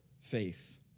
faith